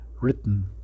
written